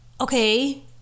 Okay